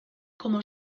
como